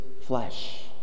flesh